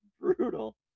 brutal